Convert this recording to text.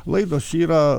laidos yra